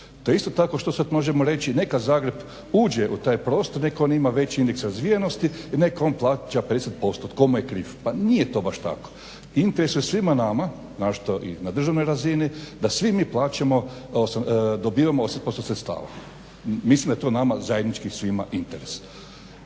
To isto tako što sad možemo reći neka Zagreb uđe u taj prostor, nek' on ima veći indeks razvijenost i nek' on plaća 50%. Tko mu je kriv? Pa nije to baš tako. Interes je svima nama naročito i na državnoj razini da svi mi plaćamo, dobivamo 80% sredstava. Mislim da je to nama zajednički svima interes.